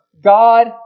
God